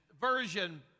version